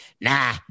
Nah